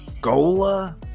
Gola